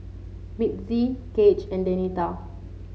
Mitzi Gaige and Denita